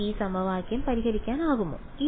എനിക്ക് ഈ സമവാക്യം പരിഹരിക്കാനാകുമോ